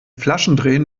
flaschendrehen